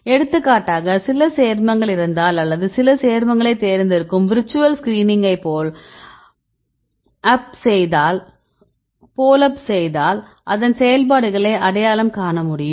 எடுத்துக்காட்டாக சில சேர்மங்கள் இருந்தால் அல்லது சில சேர்மங்களைத் தேர்ந்தெடுக்கும் விர்ச்சுவல் ஸ்கிரீனிங்கை போல் அப் செய்தால் அதன் செயல்பாடுகளை அடையாளம் காண முடியும்